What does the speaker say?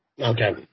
Okay